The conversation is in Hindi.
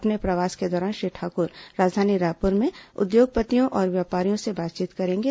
अपने प्रवास के दौरान श्री ठाक्र राजधानी रायपुर में उद्योगपतियों और व्यापारियों से बातचीत करेंगे